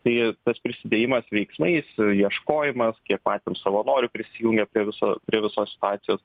tai tas prisidėjimas veiksmais ieškojimas kiek matėm savanorių prisijungė prie viso prie visos situacijos